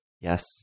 yes